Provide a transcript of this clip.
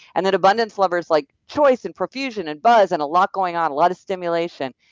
and then abundance lovers like choice and profusion and buzz and a lot going on, a lot of stimulation.